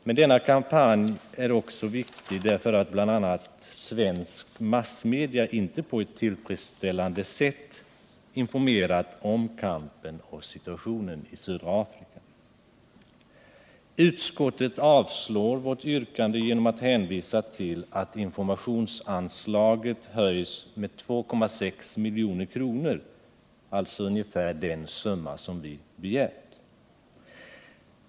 Men kampanjen är också viktig därför att bl.a. svenska massmedia inte på ett tillfredsställande sätt informerat om kampen och situationen i södra Afrika. Utskottet avstyrker vårt yrkande genom att hänvisa till att informationsanslaget höjs med 2,6 milj.kr., alltså ungefär den summa som vi begärt.